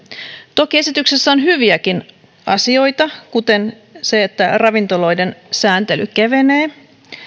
toki esityksessä on hyviäkin asioita kuten se että ravintoloiden sääntely kevenee